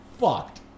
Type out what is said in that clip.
fucked